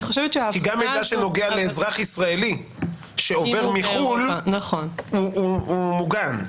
כי גם מידע שנוגע לאזרח ישראלי שעובר מחו"ל הוא מוגן?